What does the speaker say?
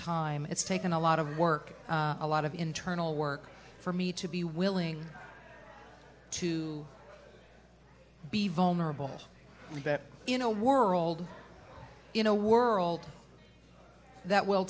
time it's taken a lot of work a lot of internal work for me to be willing to be vulnerable in a world in a world that will